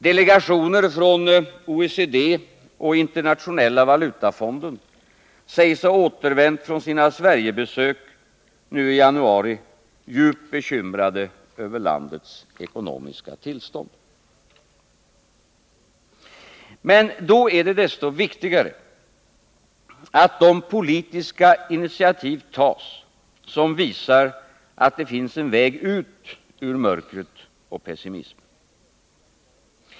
Delegationer från OECD och Internationella valutafonden sägs ha återvänt från sina Sverigebesök nu i januari djupt bekymrade över landets ekonomiska tillstånd. Men då är det desto viktigare att de politiska initiativ tas som visar att det finns en väg ut ur mörkret och pessimismen.